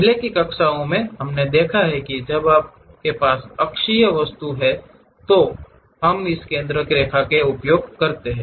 पहले की कक्षाओं में हमने देखा है कि जब आपके पास अक्ष अक्षीय वस्तुएं हैं तो हम इस केंद्र रेखा का उपयोग करते हैं